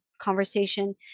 conversation